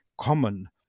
common